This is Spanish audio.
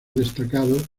destacados